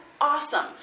awesome